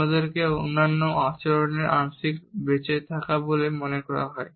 অন্যদেরকে অন্যান্য আচরণের আংশিক বেঁচে থাকা বলে মনে করা হয়